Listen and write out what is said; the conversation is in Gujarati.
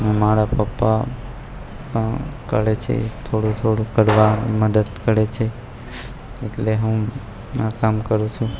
હું મારા પપ્પા પણ કરે છે થોડું થોડું કરવા મદદ કરે છે એટલે હું આ કામ કરું છું